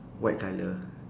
white colour